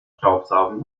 staubsaugen